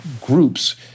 groups